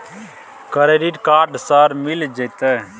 Credit card sir मिल जेतै?